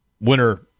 winner